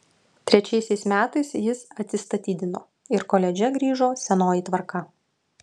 trečiaisiais metais jis atsistatydino ir koledže grįžo senoji tvarka